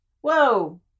whoa